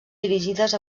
dirigides